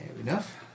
enough